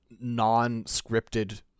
non-scripted